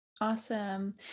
awesome